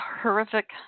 horrific